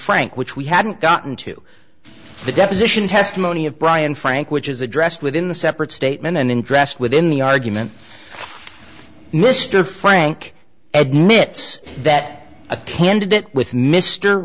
frank which we hadn't gotten to the deposition testimony of brian frank which is addressed within the separate statement and then dressed within the argument mr frank admits that attended it with m